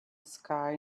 sky